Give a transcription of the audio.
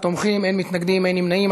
17 תומכים, אין מתנגדים, אין נמנעים.